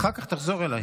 ואחר כך תחזור אליי.